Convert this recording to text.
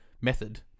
method